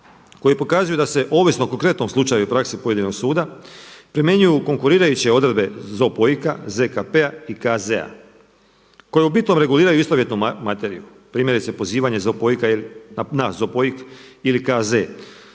koji pokazuje da se ovisno o konkretnom slučaju i praksi pojedinog suda primjenjuju konkurirajuće odredbe ZOPOIK-a, ZKP-a i KZ-a koje u bitnom reguliraju istovjetnu materiju primjerice pozivanje ZOPOIK-a,